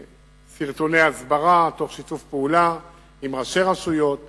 בסרטוני הסברה, תוך שיתוף פעולה עם ראשי רשויות